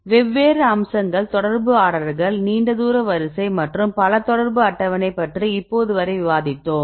வெவ்வேறு அம்சங்கள் தொடர்பு ஆர்டர்கள் நீண்ட தூர வரிசை மற்றும் பல தொடர்பு அட்டவணை பற்றி இப்போதுவரை விவாதித்தோம்